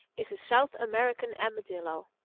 is a south american armadillo.